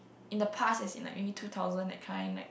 in the past as in like maybe two thousand that kind like